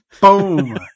Boom